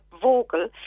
vocal